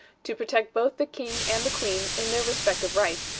to protect both the king and the queen in their respective rights,